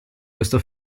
questo